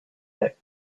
that